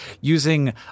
using